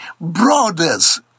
brothers